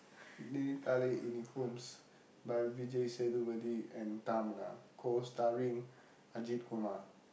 Ninaithale Inikkum by Vijay Sethupathi and Tamannaah co-starring Ajith Kumar